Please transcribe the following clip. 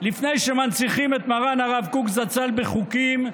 לפני שמנציחים את מרן הרב קוק זצ"ל בחוקים,